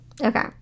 Okay